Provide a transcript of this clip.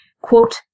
quote